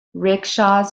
rickshaws